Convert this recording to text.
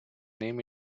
name